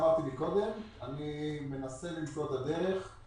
למצוא את הדרך.